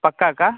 पक्का का